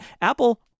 Apple